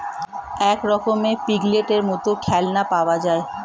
এক রকমের পিগলেটের মত খেলনা পাওয়া যায়